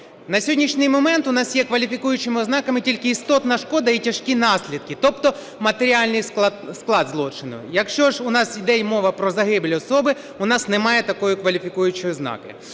На сьогоднішній момент у нас є кваліфікуючими ознаками тільки істотна шкода і тяжкі наслідки, тобто матеріальний склад злочину. Якщо ж у нас іде мова про загибель особи, у нас немає такої кваліфікуючої ознаки.